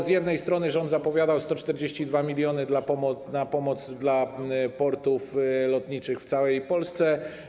Z jednej strony rząd zapowiadał 142 mln zł na pomoc dla portów lotniczych w całej Polsce.